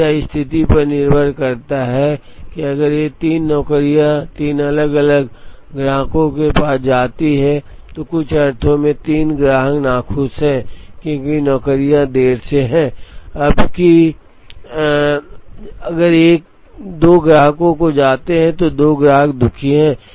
अब यह स्थिति पर निर्भर करता है अगर ये 3 नौकरियां 3 अलग अलग ग्राहकों के पास जाती हैं तो कुछ अर्थों में 3 ग्राहक नाखुश हैं क्योंकि नौकरियां देर से हैं जबकि अगर ये 2 ग्राहकों को जाते हैं तो दो ग्राहक दुखी हैं